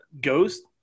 ghost